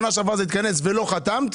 שנה שעברה זה התכנס ולא חתמת,